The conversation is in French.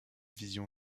vision